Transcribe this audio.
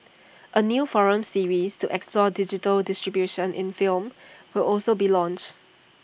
A new forum series to explore digital distribution in film will also be launched